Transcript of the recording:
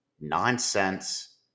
nonsense